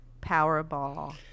powerball